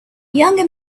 younger